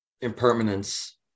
impermanence